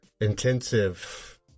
intensive